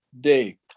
day